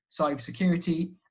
cybersecurity